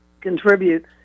contribute